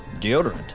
deodorant